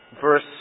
verse